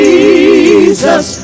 Jesus